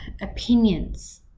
opinions